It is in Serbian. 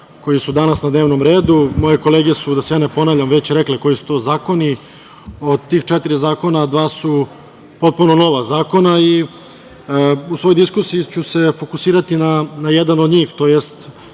koji su danas na dnevnom redu. Moje kolege su, da se ne ponavljam, već rekle koji su to zakoni. Od ta četiri zakona, dva su potpuno nova zakona i u svojoj diskusiji ću se fokusirati na jedan od njih tj.